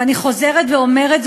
ואני חוזרת ואומרת,